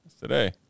Today